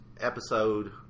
episode